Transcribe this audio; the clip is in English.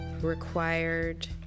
required